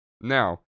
Now